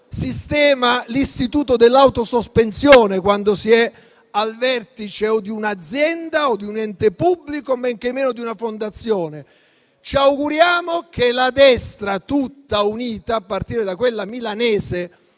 sistema l'istituto dell'autosospensione, quando si è al vertice di un'azienda o di un ente pubblico, men che meno di una fondazione. Ci auguriamo che la destra tutta unita, a partire da quella milanese